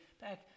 Back